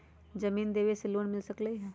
जमीन देवे से लोन मिल सकलइ ह?